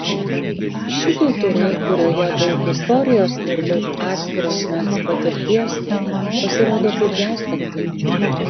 ši kultūra kurioje daug istorijos ir daug atskiro asmens patirties pasirodo kaip gęstanti